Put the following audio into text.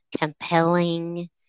compelling